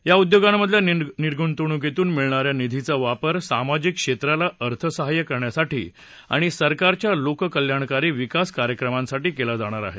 या उद्योगांमधल्या निर्गुतवणुकीतून मिळणाऱ्या निधीचा वापर सामाजिक क्षेत्राला अर्थसहाय्य करण्यासाठी आणि सरकारच्या लोककल्याणकारी विकास कार्यक्रमांसाठी केला जाणार आहे